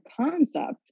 concept